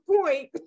Point